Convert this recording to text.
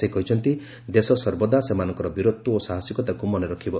ସେ କହିଛନ୍ତି ଦେଶ ସର୍ବଦା ସେମାନଙ୍କର ବୀରତ୍ୱ ଓ ସାହସିକତାକୁ ମନେରଖିବ